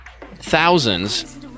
thousands